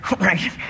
Right